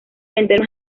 vender